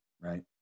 right